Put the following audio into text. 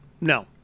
No